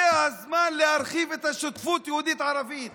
זה הזמן להרחיב את השותפות היהודית-ערבית